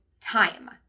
time